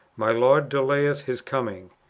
my lord delayeth his coming,